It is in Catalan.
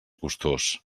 gustós